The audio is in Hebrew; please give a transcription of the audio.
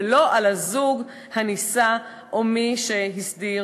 ולא על הזוג הנישא או מי שהסדיר